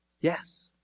Yes